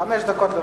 חמש דקות.